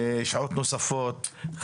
שעות נוספות,